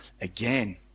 again